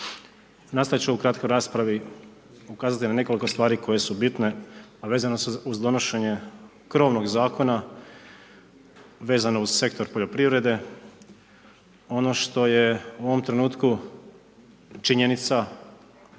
Nastojati ću u ovoj kratkoj raspravi, ukazati na nekoliko stvari koje su bitne, a vezane su uz donošenje krovnog zakona, vezano uz sektor poljoprivrede, ono što je u ovom trenutku činjenica